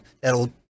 that'll